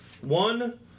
one